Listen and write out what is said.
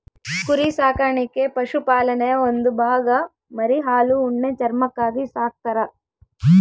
ಕುರಿ ಸಾಕಾಣಿಕೆ ಪಶುಪಾಲನೆಯ ಒಂದು ಭಾಗ ಮರಿ ಹಾಲು ಉಣ್ಣೆ ಚರ್ಮಕ್ಕಾಗಿ ಸಾಕ್ತರ